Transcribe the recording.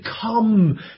come